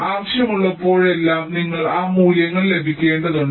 ആവശ്യമുള്ളപ്പോഴെല്ലാം നിങ്ങൾക്ക് ആ മൂല്യങ്ങൾ ലഭിക്കേണ്ടതുണ്ട്